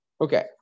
Okay